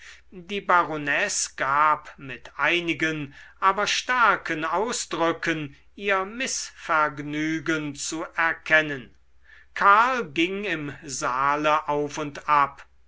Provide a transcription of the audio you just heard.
die baronesse gab mit einigen aber starken ausdrücken ihr mißvergnügen zu erkennen karl ging im saale auf und ab